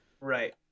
Right